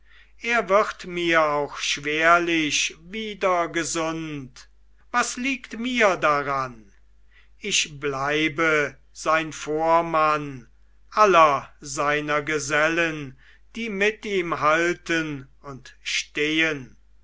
er wird mir auch schwerlich wieder gesund was liegt mir daran ich bleibe sein vormann aller seiner gesellen die mit ihm halten und stehen